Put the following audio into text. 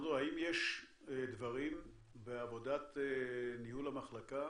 אנדרו, האם יש דברים בעבודת ניהול המחלקה